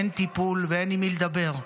אין טיפול ואין עם מי לדבר.